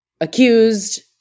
accused